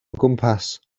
gwmpas